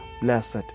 blessed